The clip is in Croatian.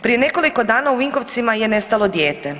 Prije nekoliko dana u Vinkovcima je nestalo dijete.